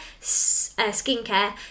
skincare